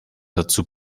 dazu